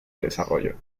desarrollo